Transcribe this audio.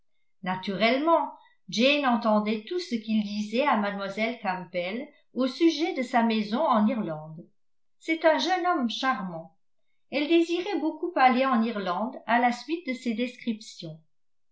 naturellement jane entendait tout ce qu'il disait à mlle campbell au sujet de sa maison en irlande c'est un jeune homme charmant elle désirait beaucoup aller en irlande à la suite de ces descriptions